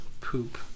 poop